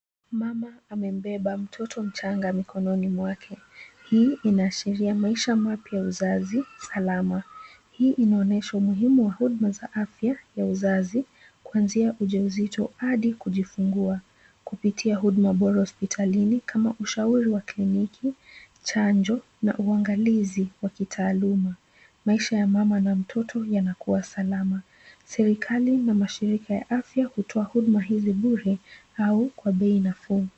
Mama amembeba mtoto mchanga mikononi mwake. Hii inaashiria maisha mapya ya uzazi salama. Hii inaonyesha umuhimu wa huduma za afya ya uzazi, kuanzia ujauzito hadi kujifungua kupitia huduma bora hospitalini kama ushauri wa kliniki, chanjo na uangalizi wa kitaaluma. Maisha ya mama na mtoto yanakuwa salama. Serekali na mashirika ya afya hutoa huduma hizi bure au kwa bei nafuu.